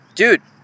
dude